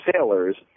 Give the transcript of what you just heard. sailors